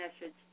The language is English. message